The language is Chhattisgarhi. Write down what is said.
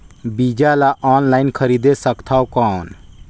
बीजा ला ऑनलाइन खरीदे सकथव कौन?